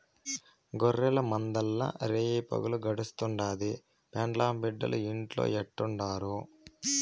గొర్రెల మందల్ల రేయిపగులు గడుస్తుండాది, పెండ్లాం బిడ్డలు ఇంట్లో ఎట్టుండారో